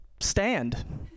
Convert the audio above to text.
stand